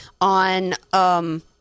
on –